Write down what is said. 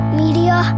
media